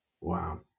Wow